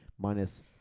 minus